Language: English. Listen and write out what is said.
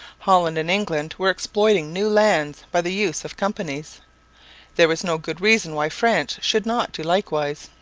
holland and england were exploiting new lands by the use of companies there was no good reason why france should not do likewise.